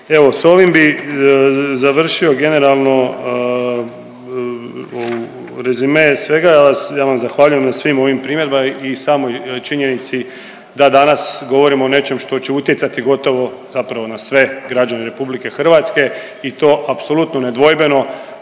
Evo sa ovim bi završio generalno rezime svega. Ja vam zahvaljujem na svim ovim primjedbama i samoj činjenici da danas govorimo o nečem što će utjecati gotovo zapravo na sve građane Republike Hrvatske i to apsolutno nedvojbeno